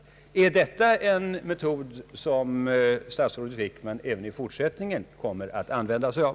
Är detta en metod som stats rådet Wickman även i fortsättningen kommer att använda sig av?